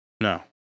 No